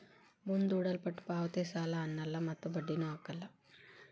ಮುಂದೂಡಲ್ಪಟ್ಟ ಪಾವತಿ ಸಾಲ ಅನ್ನಲ್ಲ ಮತ್ತು ಬಡ್ಡಿನು ಹಾಕಲ್ಲ